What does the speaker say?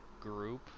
group